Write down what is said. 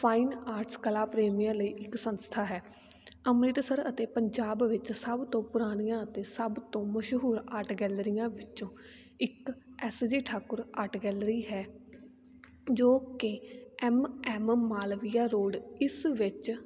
fine arts ਕਲਾ ਪ੍ਰੇਮੀਆਂ ਲਈ ਇੱਕ ਸੰਸਥਾ ਹੈ ਅੰਮ੍ਰਿਤਸਰ ਅਤੇ ਪੰਜਾਬ ਵਿੱਚ ਸਭ ਤੋਂ ਪੁਰਾਣੀਆਂ ਅਤੇ ਸਭ ਤੋਂ ਮਸ਼ਹੂਰ ਆਰਟ ਗੈਲਰੀਆਂ ਵਿੱਚੋਂ ਇੱਕ S G Thakur art gallery ਹੈ ਜੋ ਕਿ ਐੱਮ ਐੱਮ ਮਾਲਵੀਆ ਰੋਡ ਇਸ ਵਿੱਚ